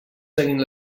seguint